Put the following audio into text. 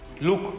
Look